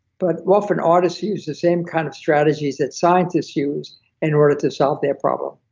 but often artists use the same kind of strategies that scientists use in order to solve their problem.